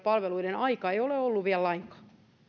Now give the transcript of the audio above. palveluiden aika ei ole ollut vielä lainkaan